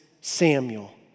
Samuel